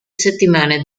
settimane